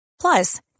Plus